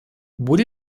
would